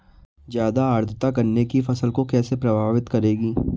ज़्यादा आर्द्रता गन्ने की फसल को कैसे प्रभावित करेगी?